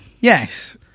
yes